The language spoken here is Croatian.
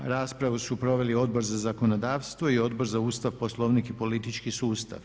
Raspravu su proveli Odbor za zakonodavstvo i Odbor za Ustav, Poslovnik i politički sustav.